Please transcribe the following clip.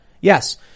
Yes